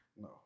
No